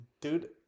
Dude